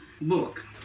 book